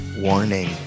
Warning